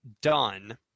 done